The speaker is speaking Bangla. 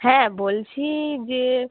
হ্যাঁ বলছি যে